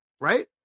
right